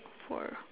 four